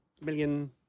million